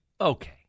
Okay